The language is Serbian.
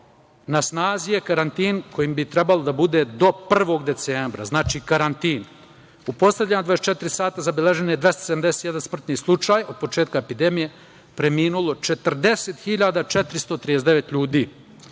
na snazi je karantin koji bi trebao da bude do 1. decembra. U poslednja 24 sata zabeležen je 271 smrtni slučaj, a od početka epidemije je preminulo 40.439 ljudi.